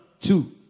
Two